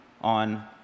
on